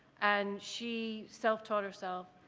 and she self-taught herself